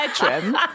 bedroom